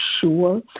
sure